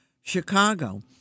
Chicago